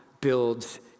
builds